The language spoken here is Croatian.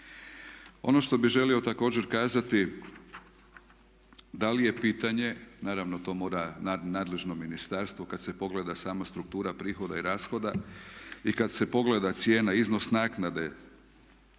Ono što bih želio također kazati da li je pitanje, naravno to mora nadležno ministarstvo, kada se pogleda sama struktura prihoda i rashoda i kada se pogleda cijena, iznos naknade